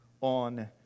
on